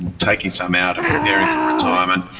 taking some out and preparing for retirement.